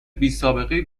بیسابقهای